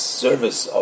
service